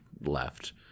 left